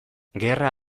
gerra